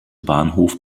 bahnhof